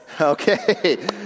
Okay